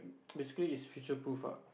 basically it's feature proof ah